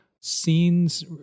Scenes